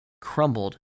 crumbled